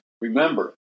remember